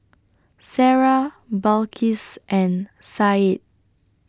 Sarah Balqis and Said